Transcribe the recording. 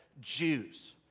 Jews